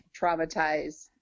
traumatize